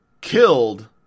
killed